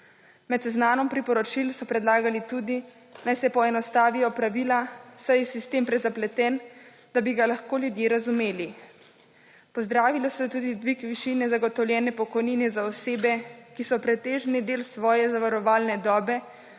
Med seznamom poročil so predlagali tudi, naj se poenostavijo pravila, saj je sistem prezapleten, da bi ga lahko ljudje razumeli. Pozdravili so tudi dvig višine zagotovljene pokojnine za osebe, ki so pretežni del svoje zavarovalne dobe,